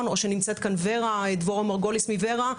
או נמצאת כאן דבורה מרגוליס מור"ה.